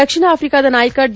ದಕ್ಷಿಣ ಆಫ್ರಿಕಾದ ನಾಯಕ ಡಿ